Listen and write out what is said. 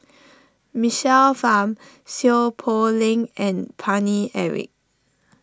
Michael Fam Seow Poh Leng and Paine Eric